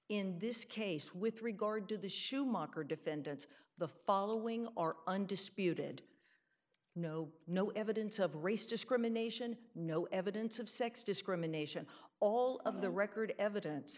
in this case with regard to the schumacher defendants the following are undisputed no no evidence of race discrimination no evidence of sex discrimination all of the record evidence